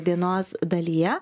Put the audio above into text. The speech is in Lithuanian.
dienos dalyje